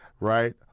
right